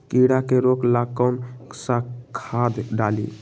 कीड़ा के रोक ला कौन सा खाद्य डाली?